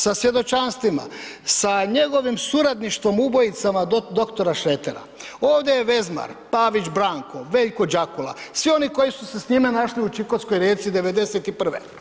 Sa svjedočanstvima, sa njegovim suradništvom ubojicama dr. Šretera, ovdje je Vezmar, Pavić Branko, Veljko Džakula, svi oni koji su se s njime našli u Čikotskoj Rijeci '91.